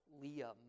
Leah